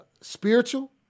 spiritual